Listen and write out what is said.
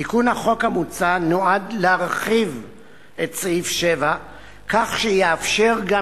תיקון החוק המוצע נועד להרחיב את סעיף 7 כך שיאפשר גם